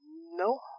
No